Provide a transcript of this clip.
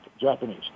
Japanese